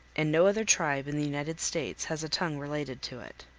and no other tribe in the united states has a tongue related to it.